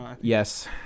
Yes